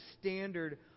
standard